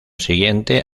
siguiente